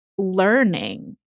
Learning